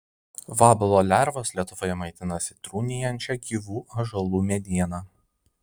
vabalo lervos lietuvoje maitinasi trūnijančia gyvų ąžuolų mediena